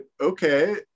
okay